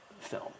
film